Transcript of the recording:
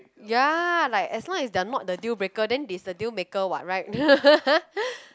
ya like as long as they are not the deal breaker then it's the deal maker what right